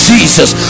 Jesus